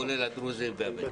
כולל הדרוזים והבדואים.